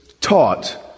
taught